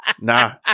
Nah